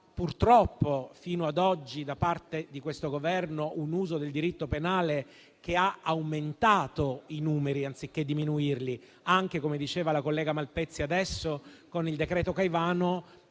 purtroppo, fino ad oggi, da parte di questo Governo, un uso del diritto penale che ha aumentato i numeri, anziché diminuirli. Come diceva la collega Malpezzi poc'anzi, anche con il decreto Caivano,